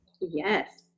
Yes